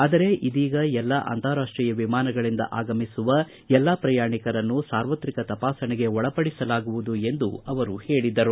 ಆದರೆ ಇದೀಗ ಎಲ್ಲಾ ಅಂತಾರಾಷ್ಟೀಯ ವಿಮಾನಗಳಿಂದ ಆಗಮಿಸುವ ಎಲ್ಲಾ ಪ್ರಯಾಣಿಕರನ್ನು ಸಾರ್ವತ್ರಿಕ ತಪಾಸಣೆಗೆ ಒಳಪಡಿಸಲಾಗುವುದು ಎಂದು ಅವರು ಹೇಳಿದರು